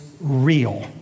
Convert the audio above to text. real